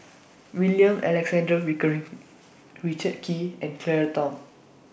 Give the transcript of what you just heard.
William Alexander Pickering Richard Kee and Claire Tham